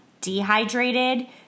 dehydrated